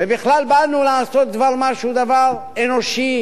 ובכלל באנו לעשות דבר-מה שהוא דבר אנושי